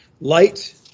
Light